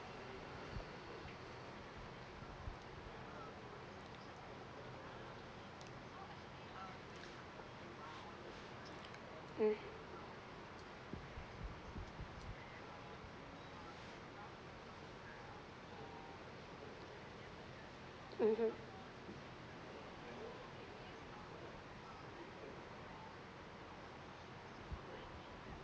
mm mmhmm